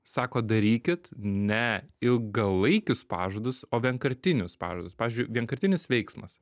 sako darykit ne ilgalaikius pažadus o vienkartinius pažadus pavyzdžiui vienkartinis veiksmas